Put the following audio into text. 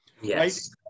Yes